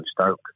Stoke